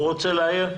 הוא רוצה להעיר,